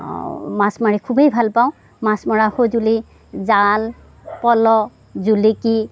মাছ মাৰি খুবেই ভালপাওঁ মাছ মৰা সঁজুলি জাল পলহ জুলিকী